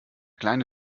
kleine